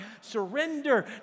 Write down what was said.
surrender